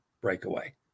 breakaway